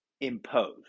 imposed